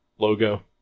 logo